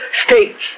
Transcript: states